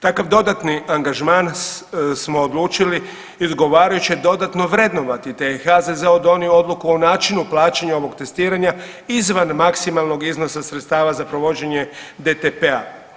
Takav dodatni angažman smo odlučili izgovarajuće dodatno vrednovati, te je HZZO donio odluku o načinu plaćanja ovog testiranja izvan maksimalnog iznosa sredstava za provođenje DTP-a.